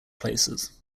places